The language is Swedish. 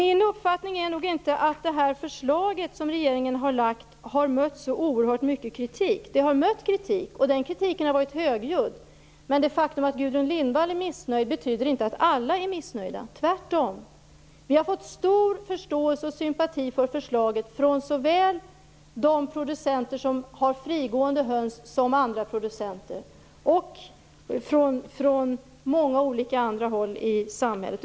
Min uppfattning är nog inte att det förslag som regeringen lagt har mött så mycket kritik. Det har förvisso mött kritik, och den kritiken har varit högljudd. Men det faktum att Gudrun Lindvall är missnöjd betyder inte att alla är missnöjda. Tvärtom har vi mött stor förståelse och sympati för förslaget såväl från producenter som har frigående höns och andra producenter som från många andra håll i samhället.